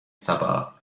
saba